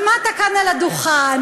עמדת כאן על הדוכן,